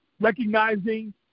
recognizing